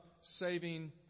saving